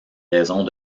raisons